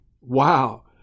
Wow